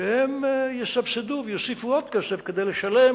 שהם יסבסדו ויוסיפו עוד כסף כדי לשלם